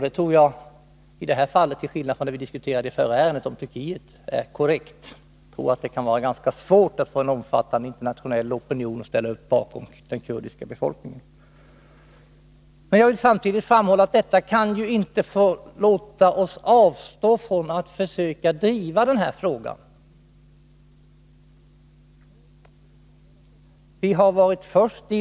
Detta tror jag — till skillnad från det fall som vi diskuterade i förra ärendet om Turkiet — är korrekt. Det kan vara ganska svårt att få en omfattande internationell opinion att ställa upp bakom den kurdiska befolkningen. Jag vill samtidigt framhålla att detta inte kan få oss att avstå från att försöka driva denna fråga.